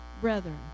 brethren